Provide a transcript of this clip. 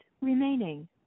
remaining